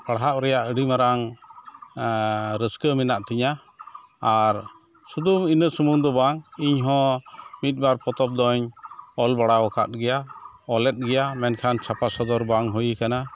ᱯᱟᱲᱦᱟᱜ ᱨᱮᱭᱟᱜ ᱟᱹᱰᱤ ᱢᱟᱨᱟᱝ ᱨᱟᱹᱥᱠᱟᱹ ᱢᱮᱱᱟᱜ ᱛᱤᱧᱟᱹ ᱟᱨ ᱥᱩᱫᱩ ᱤᱱᱟᱹ ᱥᱩᱢᱩᱝ ᱫᱚ ᱵᱟᱝ ᱤᱧ ᱦᱚᱸ ᱢᱤᱫᱼᱵᱟᱨ ᱯᱚᱛᱚᱵ ᱫᱫᱧ ᱚᱞ ᱵᱟᱲᱟᱣ ᱠᱟᱫ ᱜᱮᱭᱟ ᱚᱞᱮᱫ ᱜᱮᱭᱟ ᱢᱮᱱᱠᱷᱟᱱ ᱪᱷᱟᱯᱟ ᱥᱚᱫᱚᱨ ᱵᱟᱝ ᱦᱩᱭ ᱠᱟᱱᱟ